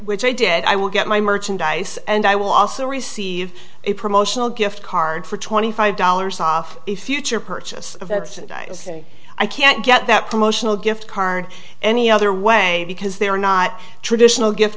which i did i will get my merchandise and i will also receive a promotional gift card for twenty five dollars off a future purchase of epson dies i can't get that promotional gift card any other way because they are not traditional gift